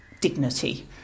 dignity